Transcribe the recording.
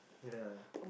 ya